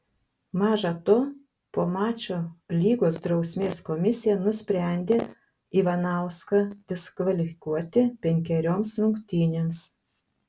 maža to po mačo lygos drausmės komisija nusprendė ivanauską diskvalifikuoti penkerioms rungtynėms